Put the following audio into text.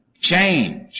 change